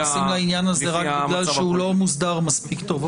היה מספיק זמן ומספיק שנים.